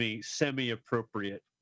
semi-appropriate